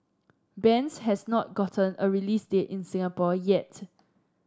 bends has not gotten a release date in Singapore yet